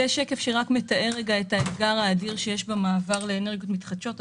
זה שקף שמתאר את האתגר האדיר שיש במעבר לאנרגיות מתחדשות.